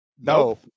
No